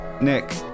Nick